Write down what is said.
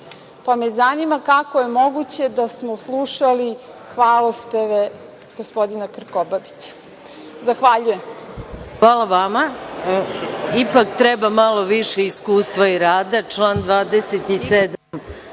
pa me zanima – kako je moguće da smo slušali hvalospeve gospodina Krkobabića? Zahvaljujem. **Maja Gojković** Hvala vama. Ipak treba malo više iskustva i rada, član 27.